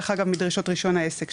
שלום רב,